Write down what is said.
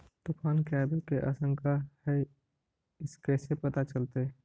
तुफान के आबे के आशंका है इस कैसे पता चलतै?